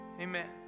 Amen